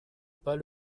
pas